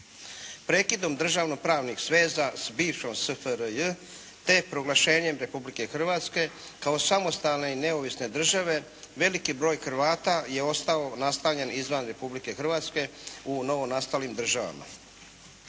Prekidom državno pravnih sveza s bivšom SFRJ te proglašenjem Republike Hrvatske kao samostalne i neovisne države, veliki broj Hrvata je ostao nastanjen izvan Republike Hrvatske u novonastalim državama